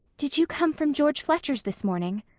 did you come from george fletcher's this morning?